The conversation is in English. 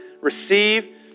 Receive